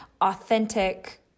authentic